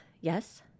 yes